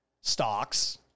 stocks